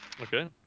Okay